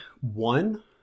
one